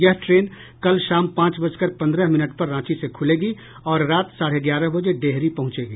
यह ट्रेन कल शाम पांच बजकर पंद्रह मिनट पर रांची से खुलेगी और रात साढ़े ग्यारह बजे डेहरी पहुंचेगी